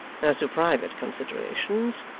as to private considerations,